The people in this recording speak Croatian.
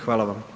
Hvala vam.